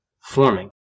forming